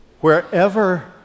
Wherever